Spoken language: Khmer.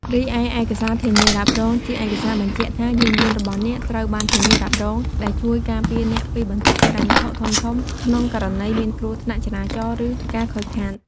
រីឯ ឯកសារធានារ៉ាប់រង ជាឯកសារបញ្ជាក់ថា យានយន្តរបស់អ្នកត្រូវបានធានារ៉ាប់រង ដែលជួយ ការពារអ្នកពីបន្ទុកហិរញ្ញវត្ថុធំៗ ក្នុងករណីមានគ្រោះថ្នាក់ចរាចរណ៍ ឬការខូចខាត។